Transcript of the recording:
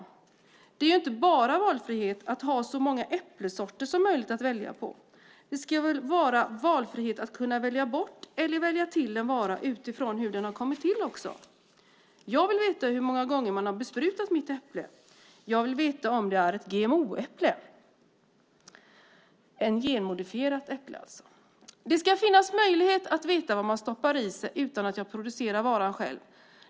Valfrihet är inte bara att ha så många äppelsorter som möjligt att välja på. Man ska väl ha valfriheten att kunna välja bort eller välja till en vara utifrån hur den har kommit till också? Jag vill veta hur många gånger man har besprutat mitt äpple. Jag vill veta om det är ett GMO-äpple, alltså ett genmodifierat äpple. Det ska finnas möjlighet att veta vad man stoppar i sig även om jag inte själv producerar varan.